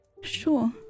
Sure